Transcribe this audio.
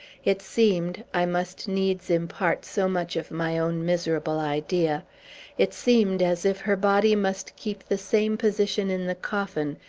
it seemed i must needs impart so much of my own miserable idea it seemed as if her body must keep the same position in the coffin,